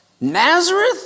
Nazareth